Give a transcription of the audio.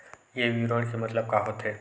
ये विवरण के मतलब का होथे?